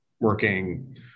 working